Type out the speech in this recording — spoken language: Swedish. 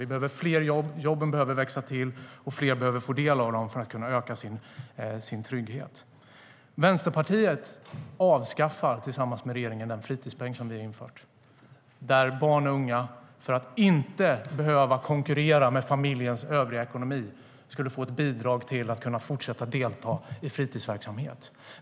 Vi behöver fler jobb, jobben behöver växa till, och fler behöver få del av dem för att kunna öka sin trygghet. Vänsterpartiet avskaffar tillsammans med regeringen den fritidspeng som vi har infört, där barn och unga - för att inte behöva konkurrera med familjens övriga ekonomi - skulle få ett bidrag för att kunna fortsätta delta i fritidsverksamhet.